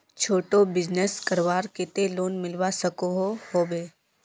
छोटो बिजनेस करवार केते लोन मिलवा सकोहो होबे?